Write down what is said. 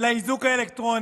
אז אנחנו לא נתעכב על זה.